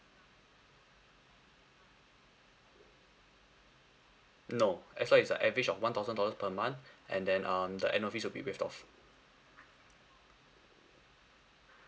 no as long is a average of one thousand dollar per month and then um the annual fees will be waive off